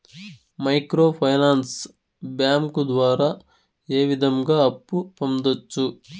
micro finance bank ద్వారా ఏ విధంగా అప్పు పొందొచ్చు